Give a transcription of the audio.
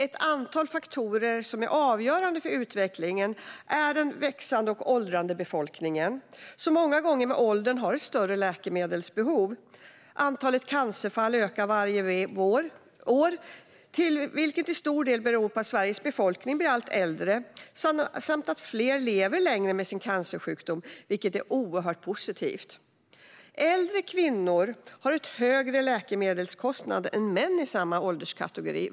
Ett antal faktorer som är avgörande för utvecklingen är den växande och åldrande befolkningen, som många gånger med åldern har ett större läkemedelsbehov. Antalet cancerfall ökar varje år, vilket till stor del beror på att Sveriges befolkning blir allt äldre - och att fler lever längre med sin cancersjukdom, vilket är oerhört positivt. Äldre kvinnor har en högre läkemedelskostnad än män i samma ålderskategori.